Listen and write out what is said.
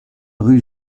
rue